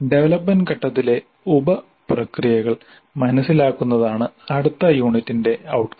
development ഘട്ടത്തിലെ ഉപ പ്രക്രിയകൾ മനസ്സിലാക്കുന്നതാണ് അടുത്ത യൂണിറ്റിന്റെ ഔട്ട്കം